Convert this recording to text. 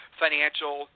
financial